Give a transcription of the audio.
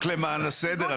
רק למען הסדר,